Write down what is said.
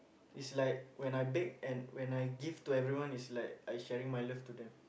is like when I bake and when I give to everyone is like I sharing my love to them